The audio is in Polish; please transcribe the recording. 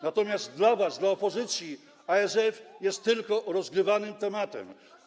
Natomiast dla was, dla opozycji, ASF jest tylko rozgrywanym tematem.